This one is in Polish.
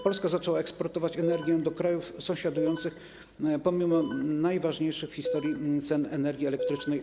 Polska zaczęła eksportować energię do krajów sąsiadujących pomimo najwyższych w historii cen energii elektrycznej.